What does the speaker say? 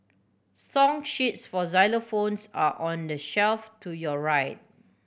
song sheets for xylophones are on the shelf to your right